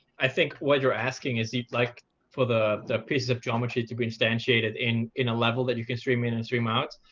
i think what you're asking is you'd like for the the pieces of geometry to be instantiated in in a level that you can stream in and stream out.